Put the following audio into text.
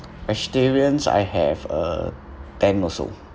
vegetarians I have uh ten also